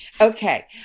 Okay